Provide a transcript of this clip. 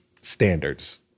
standards